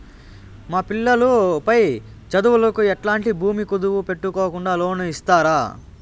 మా పిల్లలు పై చదువులకు ఎట్లాంటి భూమి కుదువు పెట్టుకోకుండా లోను ఇస్తారా